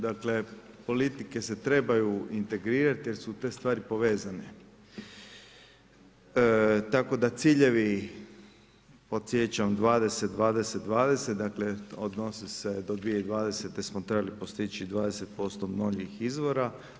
Dakle, politike se trebaju integrirati, jer su te stvari povezane, tako da ciljevi, podsjećam 20 20 20, dakle odnose se od 2020. smo trebali postići 20% obnovljivih izvora.